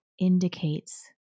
indicates